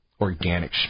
organic